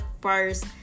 first